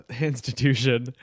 institution